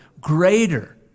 greater